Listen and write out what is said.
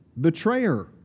betrayer